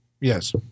Yes